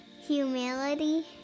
humility